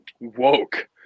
woke